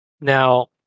Now